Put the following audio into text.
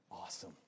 Awesome